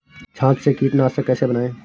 छाछ से कीटनाशक कैसे बनाएँ?